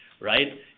right